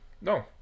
No